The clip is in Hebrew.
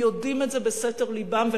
הם יודעים את זה בסתר לבם,